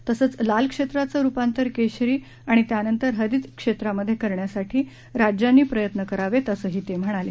तसंच लाल क्षेत्रांच रुपांतर केशरी आणि त्यानंतर हरित क्षेत्रामध्ये करण्यासाठी राज्यांनी प्रयत्न करावेत असंही ते म्हणाले